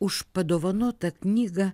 už padovanotą knygą